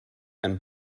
and